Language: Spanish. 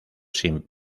sin